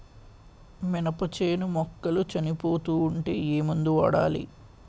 మినప చేను మొక్కలు చనిపోతూ ఉంటే ఏమందు వాడాలి?